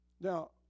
Now